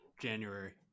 January